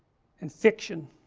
and fiction